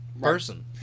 person